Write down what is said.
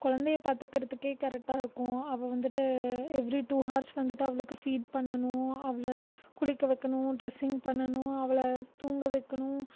கொழந்தைய பார்த்துக்கறதுக்கே கரெக்டாக இருக்கும் அவள் வந்துட்டு எவ்ரி டூ ஹார்ஸ் வந்துட்டு அவளுக்கு ஃபீட் பண்ணணும் அவளை குளிக்க வைக்கணும் ட்ரெஸ்ஸிங் பண்ணணும் அவளை தூங்க வைக்கணும்